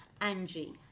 Angie